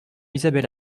isabelle